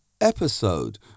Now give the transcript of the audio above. episode